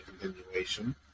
continuation